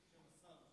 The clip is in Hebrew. הוא שר.